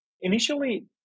Initially